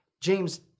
James